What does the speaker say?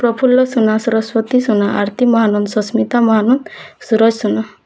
Prafulla Suna Saraswati Suna Arati Mahananda Sasmita Mahananda Suraj Suna